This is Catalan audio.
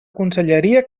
conselleria